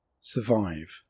Survive